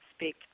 Speak